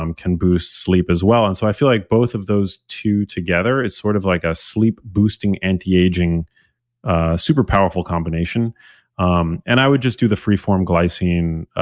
um can boost sleep as well. and so, i feel like both of those two together, it's sort of like a sleep boosting, anti-aging super powerful combination um and i would just do the free form glycine,